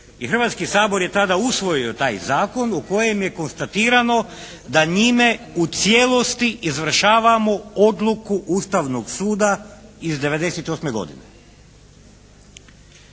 Hrvatski sabor je tada usvojio taj zakon u kojem je konstatirano da njime u cijelosti izvršavamo odluku Ustavnog suda iz '98. godine.